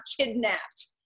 kidnapped